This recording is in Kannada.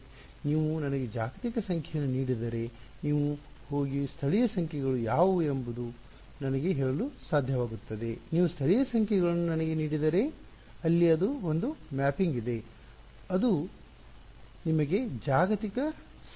ನೀವು ನನಗೆ ಜಾಗತಿಕ ಸಂಖ್ಯೆಯನ್ನು ನೀಡಿದರೆ ನೀವು ಹೋಗಿ ಸ್ಥಳೀಯ ಸಂಖ್ಯೆಗಳು ಯಾವುವು ಎಂದು ನನಗೆ ಹೇಳಲು ಸಾಧ್ಯವಾಗುತ್ತದೆ ನೀವು ಸ್ಥಳೀಯ ಸಂಖ್ಯೆಗಳನ್ನು ನನಗೆ ನೀಡಿದರೆ ಅಲ್ಲಿ ಒಂದು ಮ್ಯಾಪಿಂಗ್ ಇದೆ ಮತ್ತು ಅದು ನಿಮಗೆ ಜಾಗತಿಕ ಸಂಖ್ಯೆಯನ್ನು ಹೇಳುತ್ತದೆ